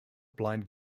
blind